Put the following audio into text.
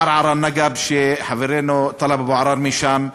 ערערה-בנגב, וחברנו טלב אבו עראר משם,